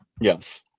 Yes